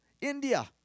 India